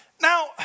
Now